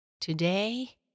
Today